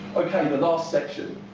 ok the last section.